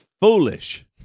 foolish